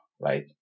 right